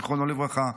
זיכרונו לברכה,